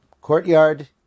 courtyard